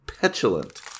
Petulant